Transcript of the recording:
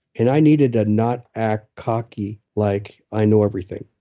and i needed to not act cocky like i know everything.